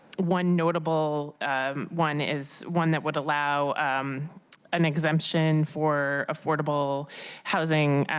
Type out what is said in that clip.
one notable one is one that would allow an exemption for affordable housing